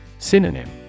Synonym